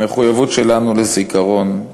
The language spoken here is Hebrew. במחויבות שלנו לזיכרון,